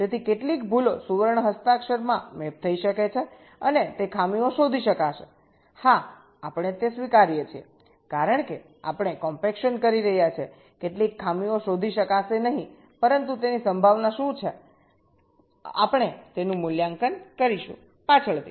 તેથી કેટલીક ભૂલો સુવર્ણ સિગ્નેચરમાં મેપ થઈ શકે છે અને તે ખામીઓ શોધી શકાશે હા આપણે તે સ્વીકારીએ છીએ કારણ કે આપણે કોમ્પેક્શન કરી રહ્યા છીએ કેટલીક ખામીઓ શોધી શકાશે નહીં પરંતુ તેની સંભાવના શું છે અમે તેનું મૂલ્યાંકન કરીશું પાછળથી